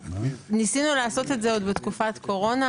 ניסינו לעשות את זה עוד בתקופת קורונה,